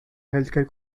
healthcare